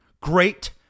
Great